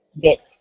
bits